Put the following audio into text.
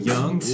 Young